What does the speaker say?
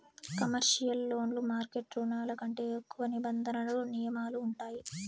commercial లోన్లు market రుణాల కంటే ఎక్కువ నిబంధనలు నియమాలు ఉంటాయి